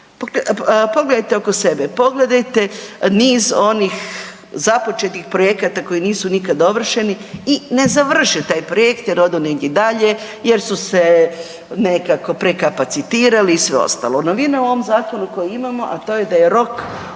pogledajte oko sebe, pogledajte niz onih započetih projekata koji nisu nikad dovršeni i ne završe taj projekt jer odu negdje dalje jer su se nekako prekapacitirali i sve ostalo. Novina u ovom zakonu koji imamo, a to je da je rok